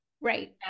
Right